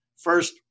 first